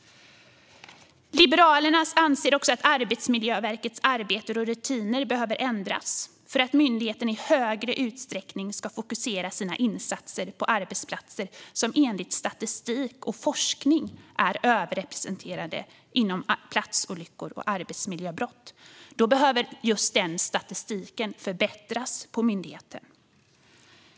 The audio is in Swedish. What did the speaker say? Liberalerna anser också att Arbetsmiljöverkets arbete och rutiner behöver ändras för att myndigheten i större utsträckning ska fokusera sina insatser på arbetsplatser som enligt statistik och forskning är överrepresenterade inom platsolyckor och arbetsmiljöbrott. Då behöver just den statistiken förbättras på myndigheten.